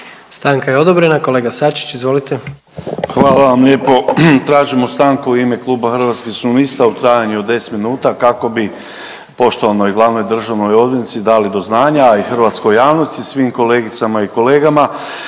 Željko (Hrvatski suverenisti)** Hvala vam lijepo. Tražimo stanku u ime Kluba Hrvatskih suverenista u trajanju od 10 minuta kako bi poštovanoj i glavnoj državnoj odvjetnici dali do znanja, a i hrvatskoj javnosti, svim kolegicama i kolegama